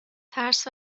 ترس